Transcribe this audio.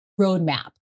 roadmap